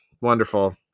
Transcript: Wonderful